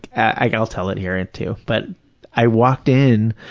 i'll tell it here, and too. but i walked in,